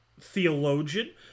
theologian